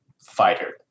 fighter